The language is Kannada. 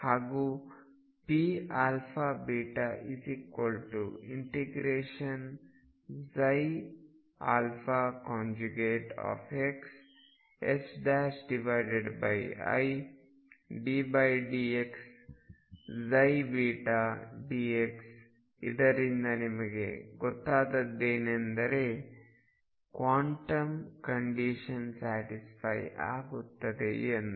ಹಾಗೂ pαβ∫xiddx dx ಇದರಿಂದ ನಮಗೆ ಗೊತ್ತಾದದ್ದೇನೆಂದರೆ ಕ್ವಾಂಟಮ್ ಕಂಡೀಶನ್ ಸ್ಯಾಟಿಸ್ಫೈ ಆಗುತ್ತದೆ ಎಂದು